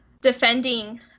defending